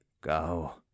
Go